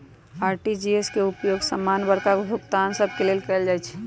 RTGS के उपयोग समान्य बड़का भुगतान सभ के लेल कएल जाइ छइ